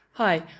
Hi